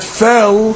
fell